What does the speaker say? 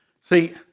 See